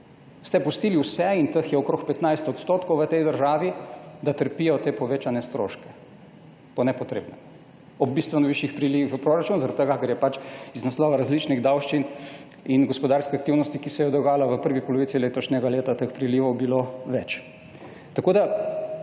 ste pustili vse, in teh je okoli 15 odstotkov v tej državi, da trpijo te povečane stroške po nepotrebnem, ob bistveno višjih prilivih v proračun, ker je iz naslova različnih davščin in gospodarske aktivnosti, ki se je dogajala v prvi polovic letošnje leta, teh prilivov bilo več. V